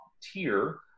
tier